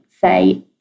say